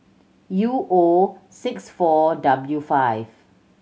U O six four W five